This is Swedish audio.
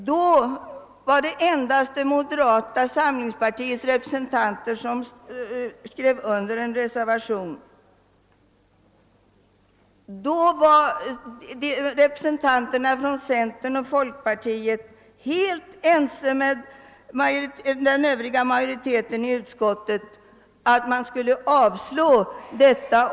Den gången var det endast moderata samlingspartiets representanter som skrev under en reservation. Representanterna för centern och folkpartiet anslöt sig då helt till utskottsmajoritetens uppfattning att denna reservation skulle avstyrkas.